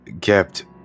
kept